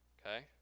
okay